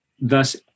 thus